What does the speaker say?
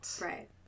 right